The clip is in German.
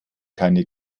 keine